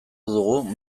dugu